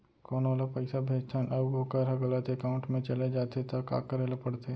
कोनो ला पइसा भेजथन अऊ वोकर ह गलत एकाउंट में चले जथे त का करे ला पड़थे?